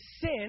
sin